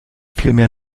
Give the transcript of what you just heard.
vielmehr